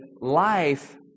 life